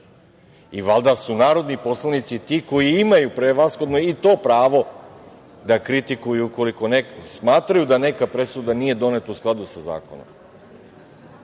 Valjda su narodni poslanici ti koji imaju prevashodno i to pravo da kritikuju ukoliko smatraju da neka presuda nije doneta u skladu sa zakonom.